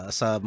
sa